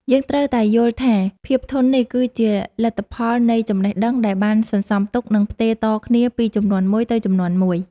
យើងត្រូវតែយល់ថាភាពធន់នេះគឺជាលទ្ធផលនៃចំណេះដឹងដែលបានសន្សំទុក និង ផ្ទេរតគ្នាពីជំនាន់មួយទៅជំនាន់មួយ។